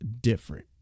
different